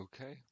Okay